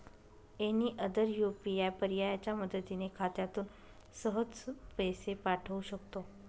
any other UPI पर्यायाच्या मदतीने खात्यातून सहज पैसे पाठवू शकतो